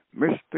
Mr